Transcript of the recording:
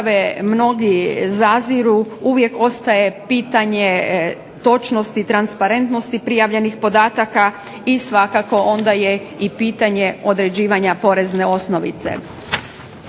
mnogi zaziru, uvijek ostaje pitanje točnosti i transparentnosti prijavljenih podataka i svakako i onda je i pitanje određivanja porezne osnovice.